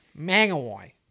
Mangawai